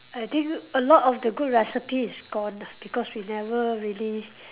I think a lot of the good recipes is gone because we never really